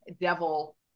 devil